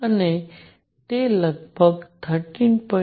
અને તે લગભગ 13